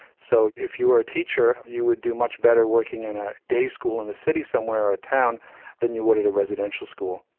so if you were a teacher you would do much better working in a day school in the city somewhere or a town than you would at a residential school.